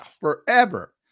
forever